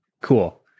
Cool